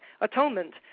atonement